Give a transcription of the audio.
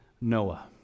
Noah